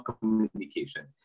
communication